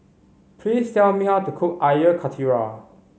please tell me how to cook Air Karthira